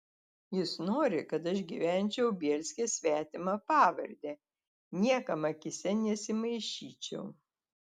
jis nori kad aš gyvenčiau bielske svetima pavarde niekam akyse nesimaišyčiau